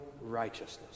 Righteousness